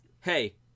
Hey